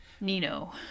nino